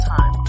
Time